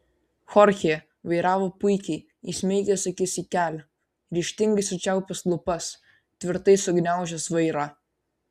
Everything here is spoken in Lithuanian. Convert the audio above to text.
chorchė vairavo puikiai įsmeigęs akis į kelią ryžtingai sučiaupęs lūpas tvirtai sugniaužęs vairą